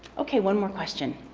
ok. one more question.